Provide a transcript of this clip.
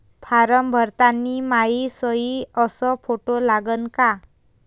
Form भरताना मायी सयी अस फोटो लागन का?